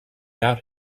out